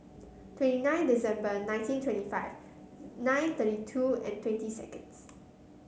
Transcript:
twenty nine December nineteen twenty five nine thirty two and twenty seconds